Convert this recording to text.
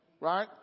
right